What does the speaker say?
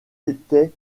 étais